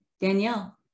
Danielle